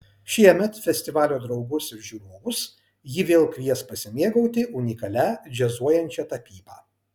šiemet festivalio draugus ir žiūrovus ji vėl kvies pasimėgauti unikalia džiazuojančia tapyba